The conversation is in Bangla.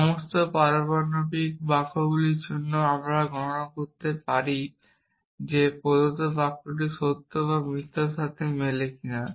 সমস্ত পারমাণবিক বাক্যগুলির জন্য আমরা গণনা করতে পারি যে প্রদত্ত বাক্যটি সত্য বা মিথ্যার সাথে মেলে কিনা